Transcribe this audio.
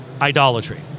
idolatry